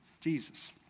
Jesus